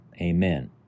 Amen